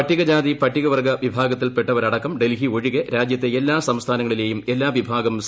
പട്ടികജാതി ്പട്ടികവർഗ്ഗ വിഭാഗത്തിൽപ്പെട്ടവരടക്കം ഡൽഹിയൊഴികെ രാജ്യത്ത് എല്ലാ സംസ്ഥാനങ്ങളിലെയും എല്ലാ വിഭാഗം സി